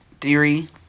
theory